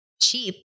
cheap